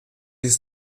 dies